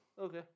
Okay